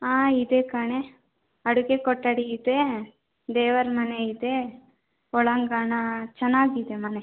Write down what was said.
ಹಾಂ ಇದೆ ಕಣೆ ಅಡುಗೆ ಕೊಠಡಿ ಇದೆ ದೇವರ ಮನೆ ಇದೆ ಒಳಾಂಗಣ ಚೆನ್ನಾಗಿದೆ ಮನೆ